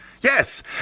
Yes